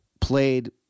played